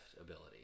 ability